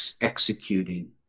executing